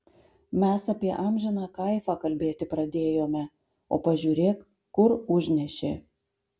mes apie amžiną kaifą kalbėti pradėjome o pažiūrėk kur užnešė